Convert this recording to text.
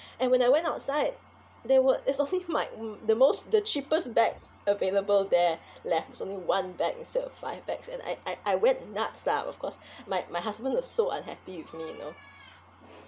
and when I went outside there were there's only my mm the most the cheapest bag available there left so only one bag instead of five bags and I I I went nuts lah of course my my husband was so unhappy with me you know